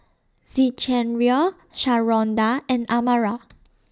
Zechariah Sharonda and Amara